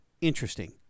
interesting